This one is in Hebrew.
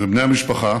ובני משפחה